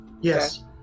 Yes